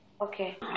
Okay